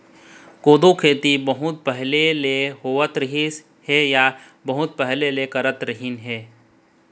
कोदो खेती बहुत पहिली ले होवत रिहिस हे या बहुत पहिली ले करत रिहिन हे